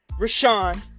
Rashawn